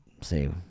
say